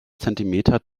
zentimeter